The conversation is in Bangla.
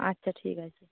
আচ্ছা ঠিক আছে